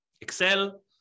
Excel